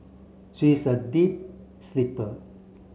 she is a deep sleeper